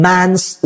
Man's